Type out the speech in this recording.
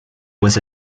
was